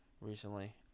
recently